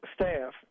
staff